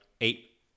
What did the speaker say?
eight